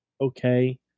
okay